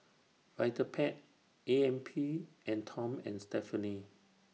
Vitapet A M P and Tom and Stephanie